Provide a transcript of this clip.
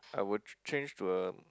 I would change to a